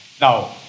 Now